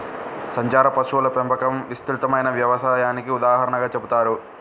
సంచార పశువుల పెంపకం విస్తృతమైన వ్యవసాయానికి ఉదాహరణగా చెబుతారు